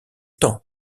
temps